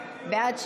בעד,